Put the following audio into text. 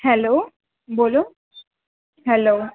hello બોલો hello